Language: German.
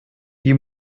die